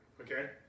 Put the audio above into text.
Okay